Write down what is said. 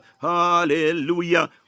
hallelujah